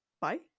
bye